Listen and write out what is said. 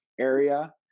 area